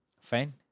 Fine